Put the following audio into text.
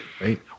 right